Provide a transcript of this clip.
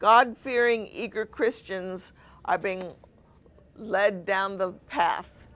god fearing eager christians are being led down the pa